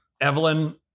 Evelyn